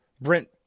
Brent